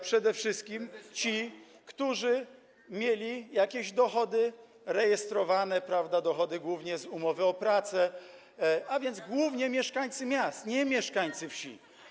przede wszystkim ci, którzy mieli jakieś dochody rejestrowane, prawda, dochody głównie z umowy o pracę, a więc głównie mieszkańcy miast, nie mieszkańcy wsi.